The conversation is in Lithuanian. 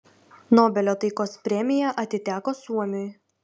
nobelio taikos premija atiteko suomiui